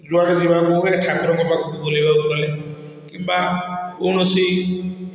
ଯୁଆଡ଼େ ଯିବାକୁ ହୁଏ ଠାକୁରଙ୍କ ପାଖକୁ ବୁଲିବାକୁ ଗଲେ କିମ୍ୱା କୌଣସି